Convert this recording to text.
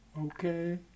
okay